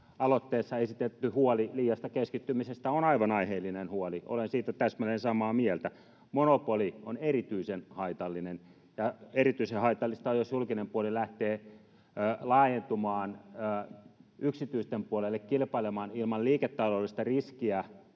aloitteessa esitetty huoli liiasta keskittymisestä on aivan aiheellinen huoli. Olen siitä täsmälleen samaa mieltä. Monopoli on erityisen haitallinen. Erityisen haitallista on, jos julkinen puoli lähtee laajentumaan yksityisten puolelle, kilpailemaan ilman liiketaloudellista riskiä